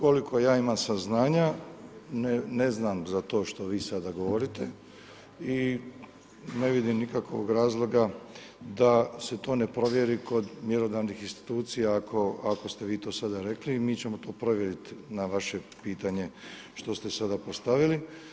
Koliko ja imam saznanja, ne znam za to što vi sada govorite i ne vidim nikakvog razloga da se to ne provjeri kod mjerodavnih institucija ako ste vi to sada rekli, mi ćemo to sad provjeriti na vaše pitanje što ste sada postavili.